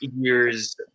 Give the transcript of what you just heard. years